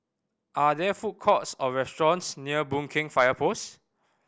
are there food courts or restaurants near Boon Keng Fire Post